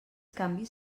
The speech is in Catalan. canvis